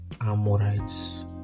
amorites